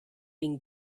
been